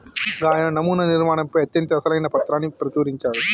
గాయన నమునా నిర్మాణంపై అత్యంత అసలైన పత్రాన్ని ప్రచురించాడు